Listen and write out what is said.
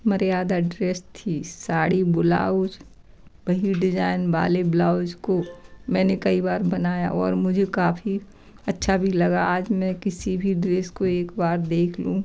मर्यादा ड्रेस थी साड़ी बुलाउज वही डिजाइन वाले ब्लाउज को मैंने कई बार बनाया और मुझे काफ़ी अच्छा भी लगा आज मैं किसी भी ड्रेस को एक बार देख लूँ